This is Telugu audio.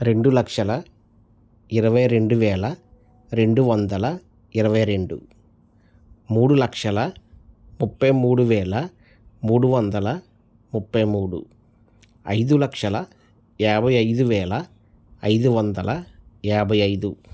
రెండు లక్షల ఇరవై రెండు వేల రెండు వందల ఇరవై రెండు మూడు లక్షల ముప్పై మూడు వేల మూడు వందల ముప్పై మూడు ఐదు లక్షల యాభై ఐదు వేల ఐదు వందల యాభై ఐదు